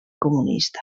comunista